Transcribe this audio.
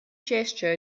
gesture